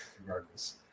Regardless